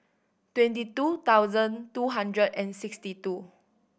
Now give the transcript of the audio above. twenty two thousand two hundred and sixty two